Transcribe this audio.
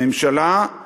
הממשלה היא